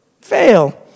fail